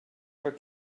for